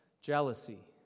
jealousy